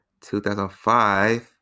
2005